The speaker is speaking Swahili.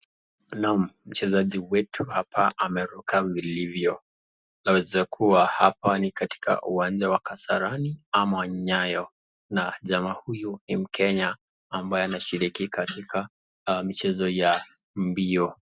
Naam, mchezaji wetu hapa ameruka vilivyo. Inaweza kuwa hapa ni katika uwanja la kasarani ama nyayo na jamaa huyu ni mkenya ambaye anashiriki katika michezo ya mbio.